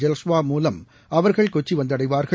ஜலஷ்வா மூலம் அவர்கள் கொச்சிவந்தடைவார்கள்